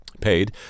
paid